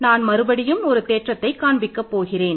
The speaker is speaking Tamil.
நான் மறுபடியும் ஒரு தேற்றத்தை காண்பிக்க போகிறேன்